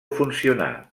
funcionar